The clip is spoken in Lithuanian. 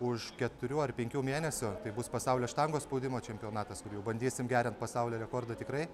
už keturių ar penkių mėnesių tai bus pasaulio štangos spaudimo čempionatas kur jau bandysim gerint pasaulio rekordą tikrai